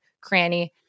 cranny